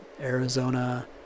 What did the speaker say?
Arizona